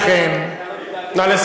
ולכן, אתה לא מתגעגע אלי?